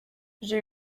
j’ai